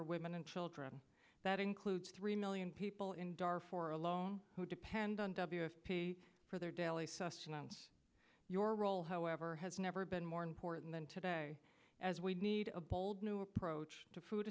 are women and children that includes three million people in daraa four alone who depend on w s p for their daily sustenance your role however has never been more important than today as we need a bold new approach to food